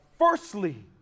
firstly